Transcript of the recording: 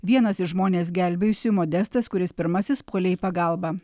vienas iš žmonės gelbėjusių modestas kuris pirmasis puolė į pagalbą